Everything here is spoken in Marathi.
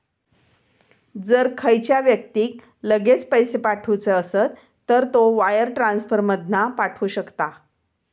जर खयच्या व्यक्तिक लगेच पैशे पाठवुचे असत तर तो वायर ट्रांसफर मधना पाठवु शकता